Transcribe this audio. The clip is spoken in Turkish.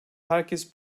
herkes